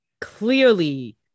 clearly